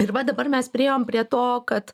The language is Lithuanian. ir va dabar mes priėjom prie to kad